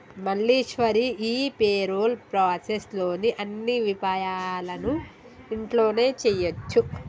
మల్లీశ్వరి ఈ parole process లోని అన్ని విపాయాలను ఇంట్లోనే చేయొచ్చు